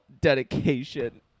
dedication